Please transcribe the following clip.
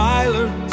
Silent